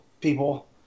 people